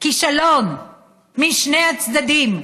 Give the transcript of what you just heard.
כישלון משני הצדדים.